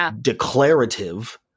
declarative